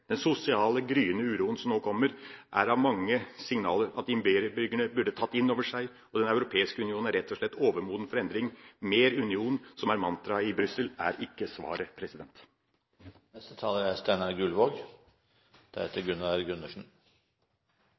Den gryende sosiale uroen som nå kommer, er ett av mange signaler imperiebyggerne burde tatt inn over seg. Den europeiske unionen er rett og slett overmoden for endring. Mer union, som er mantraet i Brussel, er ikke svaret.